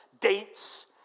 dates